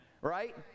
right